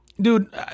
dude